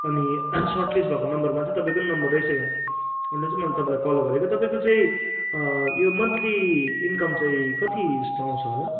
अनि सर्टलिस्ट भएको नम्बरमा चाहिँ तपाईँको पनि नम्बर रहेछ यहाँ अनि चाहिँ मैले तपाईँलाई कल गरेको तपाईँको चाहिँ यो मन्थली इन्कम चाहिँ कति स्ट्रङ्ग छ होला